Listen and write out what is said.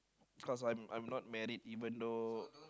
cause I'm I'm not married even though